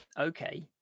Okay